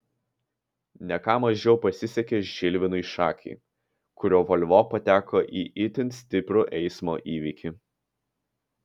ne ką mažiau pasisekė žilvinui šakiui kurio volvo pateko į itin stiprų eismo įvykį